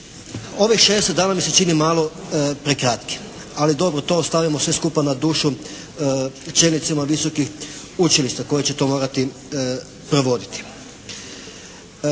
ovih 60 dana mi se čini malo prekratkim. Ali dobro, to ostavimo sve skupa na dušu čelnicima visokih učilišta koji će to morati provoditi.